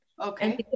okay